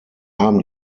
haben